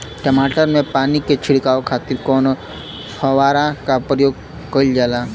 टमाटर में पानी के छिड़काव खातिर कवने फव्वारा का प्रयोग कईल जाला?